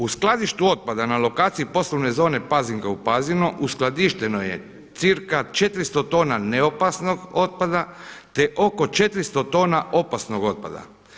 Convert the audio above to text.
U skladištu otpada na lokaciji poslovne zone Pazinka u Pazinu uskladišteno je cca. 400 tona neopasnog otpada te oko 400 tona opasnog otpada.